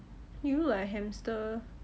you like hamster